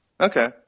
Okay